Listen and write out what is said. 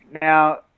now